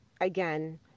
again